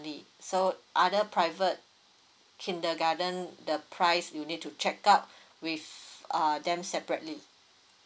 so other private kindergarten the price you need to check out with uh them separately